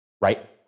right